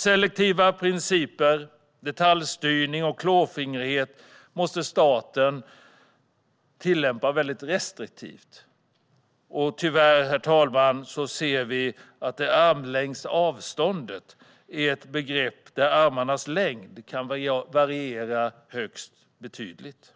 Selektiva principer, detaljstyrning och klåfingrighet måste staten tillämpa väldigt restriktivt. Tyvärr ser vi, herr talman, att armlängds avstånd är ett begrepp där armarnas längd kan variera högst betydligt.